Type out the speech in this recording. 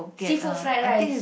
seafood fried rice